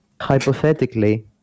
Hypothetically